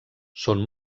són